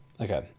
Okay